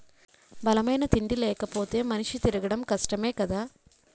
బలమైన తిండి లేపోతే మనిషి తిరగడం కష్టమే కదా